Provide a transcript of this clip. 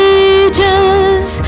ages